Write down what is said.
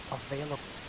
available